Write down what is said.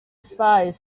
spies